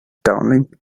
darling